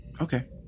okay